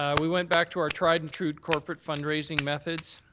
um we went back to our tried and true corporate fundraising methods.